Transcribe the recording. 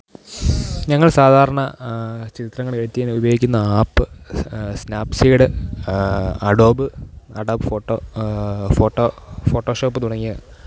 ഞങ്ങൾ സാധാരണ ചിത്രങ്ങൾ എഡിറ്റ്യ്യാൻ ഉപയോഗിക്കുന്ന app Snapseed Adobe Adobe photo photo Photoshop തുടങ്ങിയ